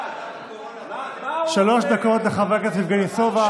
אחד, שלוש דקות לחבר הכנסת יבגני סובה.